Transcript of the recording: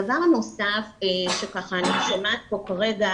הדבר הנוסף שאני שומעת פה כרגע